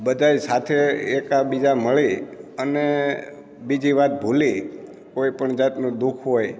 બધાય સાથે એકાબીજા મળી અને બીજી વાત ભૂલી કોઈ પણ જાતનું દુ ખ હોય